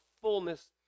fullness